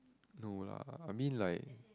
no lah I mean like